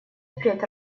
впредь